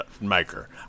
maker